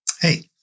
hey